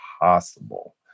possible